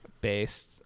Based